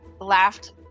laughed